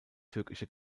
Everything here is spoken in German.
türkische